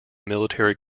military